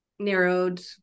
narrowed